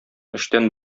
өчтән